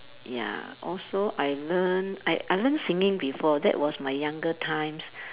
ya also I learn I I learn singing before that was my younger times